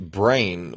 brain